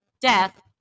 Death